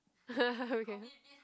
we can